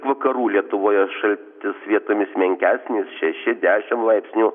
vakarų lietuvoje šaltis vietomis menkesnis šeši dešim laipsnių